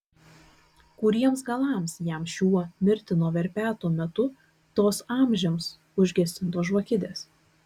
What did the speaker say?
kuriems galams jam šiuo mirtino verpeto metu tos amžiams užgesintos žvakidės